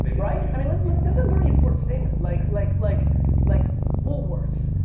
but right? i mean like like that's a very important statement. like, like like like woolworth's,